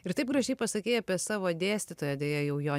ir taip gražiai pasakei apie savo dėstytoja deja jau jo